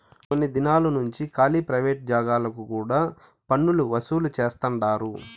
కొన్ని దినాలు నుంచి కాలీ ప్రైవేట్ జాగాలకు కూడా పన్నులు వసూలు చేస్తండారు